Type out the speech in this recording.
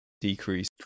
decrease